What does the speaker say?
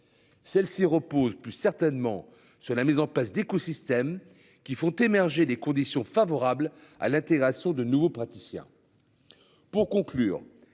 Celle-ci reposent plus certainement sur la mise en place d'écosystèmes qui font émerger des conditions favorables à l'intégration de nouveaux praticiens.